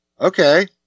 Okay